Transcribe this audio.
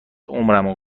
عمرمو